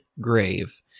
grave